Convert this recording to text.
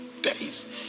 Days